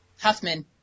Huffman